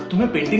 will be